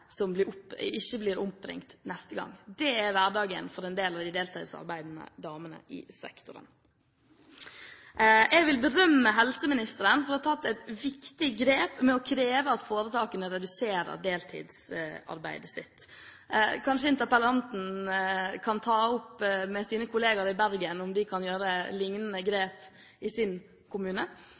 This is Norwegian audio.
som ikke blir oppringt neste gang. Det er hverdagen for en del av de deltidsarbeidende damene i sektoren. Jeg vil berømme helseministeren for å ha tatt et viktig grep med å kreve at foretakene reduserer deltidsarbeidet sitt. Kanskje interpellanten kan ta opp med sine kollegaer i Bergen om de kan gjøre lignende grep i sin kommune.